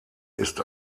ist